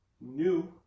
new